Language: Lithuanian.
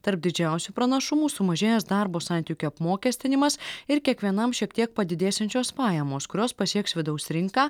tarp didžiausių pranašumų sumažėjęs darbo santykių apmokestinimas ir kiekvienam šiek tiek padidėsiančios pajamos kurios pasieks vidaus rinką